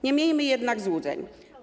Nie miejmy jednak złudzeń.